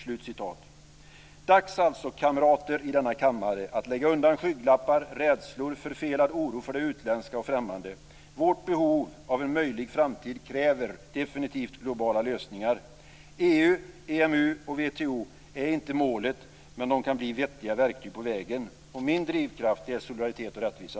Det är alltså dags, kamrater i denna kammare, att lägga undan skygglappar, rädslor och förfelad oro för det utländska och främmande. Vårt behov av en möjlig framtid kräver definitivt globala lösningar. EU, EMU och WTO är inte målet, men de kan bli vettiga verktyg på vägen. Min drivkraft är solidaritet och rättvisa.